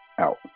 out